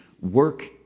work